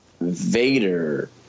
Vader